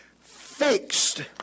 fixed